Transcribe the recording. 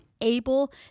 able